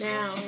Now